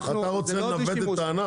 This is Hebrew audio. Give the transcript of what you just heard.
אתה רוצה לנווט את הענף?